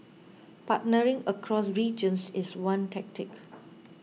partnering across regions is one tactic